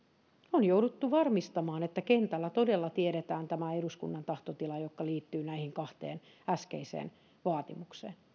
on jouduttu varmistamaan että kentällä todella tiedetään tämä eduskunnan tahtotila joka liittyy näihin kahteen äskeiseen vaatimukseen